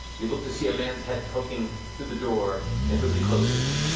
you look to see a man's head poking through the door and quickly closes.